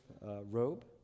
robe